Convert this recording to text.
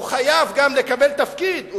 חייב גם לקבל תפקיד.